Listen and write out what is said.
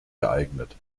geeignet